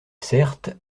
certes